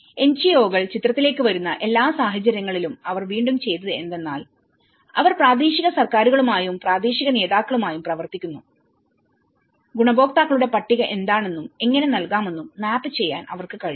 എൻജിഒകൾ NGOsചിത്രത്തിലേക്ക് വരുന്ന എല്ലാ സാഹചര്യങ്ങളിലും അവർ വീണ്ടും ചെയ്തത് എന്തെന്നാൽഅവർ പ്രാദേശിക സർക്കാരുകളുമായും പ്രാദേശിക നേതാക്കളുമായും പ്രവർത്തിക്കുന്നു ഗുണഭോക്താക്കളുടെ പട്ടിക എന്താണെന്നുംഎങ്ങനെ നൽകാമെന്നും മാപ്പ് ചെയ്യാൻ അവർക്ക് കഴിയും